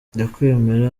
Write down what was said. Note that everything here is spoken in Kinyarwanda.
ndakwemera